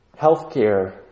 healthcare